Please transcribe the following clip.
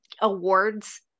awards